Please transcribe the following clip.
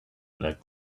that